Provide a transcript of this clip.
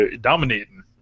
dominating